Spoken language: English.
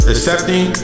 Accepting